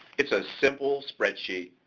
it's a simple spreadsheet.